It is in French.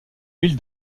ville